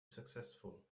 successful